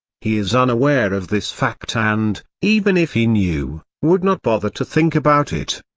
he is unaware of this fact and, even if he knew, would not bother to think about it.